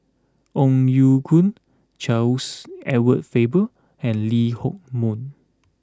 Ong Ye Kung Charles Edward Faber and Lee Hock Moh